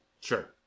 Sure